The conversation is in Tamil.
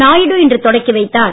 நாயுடு இன்று தொடங்கி வைத்தார்